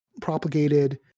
propagated